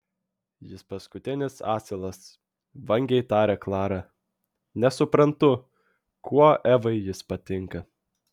jis paskutinis asilas vangiai taria klara nesuprantu kuo evai jis patinka